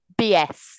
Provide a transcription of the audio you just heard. bs